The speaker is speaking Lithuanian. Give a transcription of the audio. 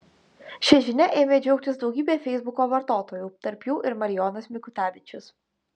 šia žinia ėmė džiaugtis daugybė feisbuko vartotojų tarp jų ir marijonas mikutavičius